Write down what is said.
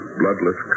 bloodless